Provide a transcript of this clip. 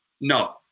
No